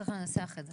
צריך לנסח את זה.